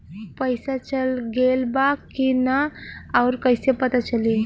पइसा चल गेलऽ बा कि न और कइसे पता चलि?